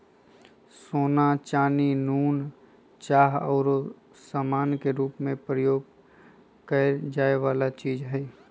सोना, चानी, नुन, चाह आउरो समान के रूप में प्रयोग करए जाए वला चीज हइ